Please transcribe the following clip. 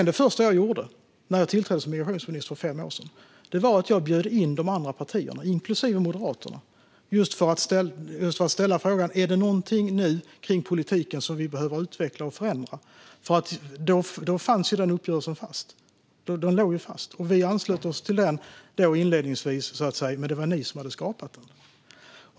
Det första jag gjorde när jag tillträdde som migrationsminister för fem år sedan var att bjuda in de andra partierna, inklusive Moderaterna, just för att ställa frågan: Är det nu någonting kring politiken som vi behöver utveckla och förändra? Då låg denna uppgörelse fast. Vi anslöt oss till den inledningsvis, men det var ni som hade skapat den.